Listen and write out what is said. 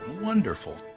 Wonderful